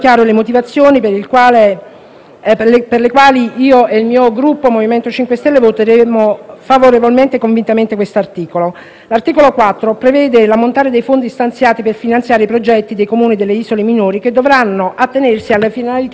per le quali io e il Gruppo MoVimento 5 Stelle voteremo favorevolmente e convintamente questo articolo. L'articolo 4 prevede l'ammontare dei fondi stanziati per finanziare i progetti dei Comuni delle isole minori che dovranno attenersi alle finalità previste agli articoli 1 e 2.